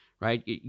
Right